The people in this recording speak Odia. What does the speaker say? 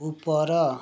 ଉପର